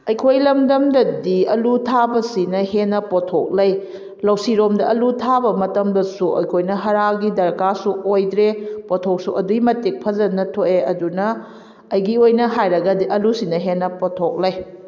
ꯑꯩꯈꯣꯏ ꯂꯝꯗꯝꯗꯗꯤ ꯑꯂꯨ ꯊꯥꯕꯁꯤꯅ ꯍꯦꯟꯅ ꯄꯣꯠꯊꯣꯛ ꯂꯩ ꯂꯧꯁꯤꯔꯣꯝꯗ ꯑꯂꯨ ꯊꯥꯕ ꯃꯇꯝꯗꯁꯨ ꯑꯩꯈꯣꯏꯅ ꯍꯥꯔꯒꯤ ꯗꯔꯀꯥꯔꯁꯨ ꯑꯣꯏꯗ꯭ꯔꯦ ꯄꯣꯠꯊꯣꯛꯁꯨ ꯑꯗꯨꯛꯀꯤꯃꯇꯤꯛ ꯐꯖꯅ ꯊꯣꯛꯑꯦ ꯑꯗꯨꯅ ꯑꯩꯒꯤ ꯑꯣꯏꯅ ꯍꯥꯏꯔꯒꯗꯤ ꯑꯂꯨꯁꯤꯅ ꯍꯦꯟꯅ ꯄꯣꯠꯊꯣꯛ ꯂꯩ